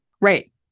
Right